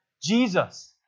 Jesus